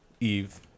Eve